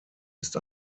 ist